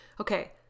okay